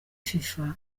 fifa